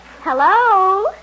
Hello